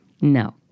No